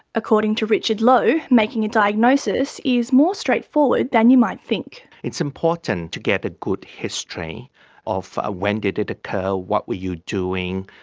according to richard loh, making a diagnosis is more straightforward than you might think. it's important to get a good history of ah when did it occur, what were you doing,